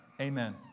Amen